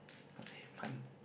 must have fun